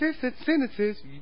sentences